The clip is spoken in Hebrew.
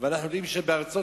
אנחנו יודעים שבארצות-הברית